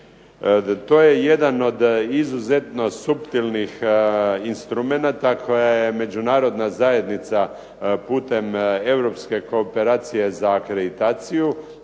To je jedan od izuzetno suptilnih instrumenata koje je Međunarodna zajednica putem Europske kooperacije za akreditaciju